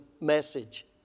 message